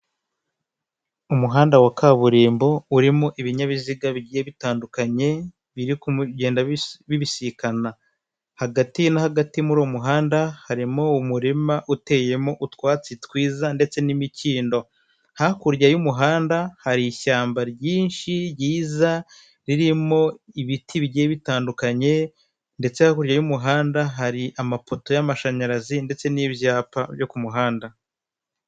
Umuhanda wa kaburimbo urimo ibinyabiziga bigiye bitandukanye birigenda bibisikana hagati na hagati muri uwo muhanda harimo umurima uteyemo utwatsi twiza ndetse n'imikindo, hakurya y'umuhanda hari ishyamba ryinshi ryiza ririmo ibiti bigiye bitandukanye ndetse hakurya y'umuhanda hari amapoto y'amashanyarazi ndetse n'ibyapa byo ku muhanda.